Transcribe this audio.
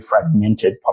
fragmented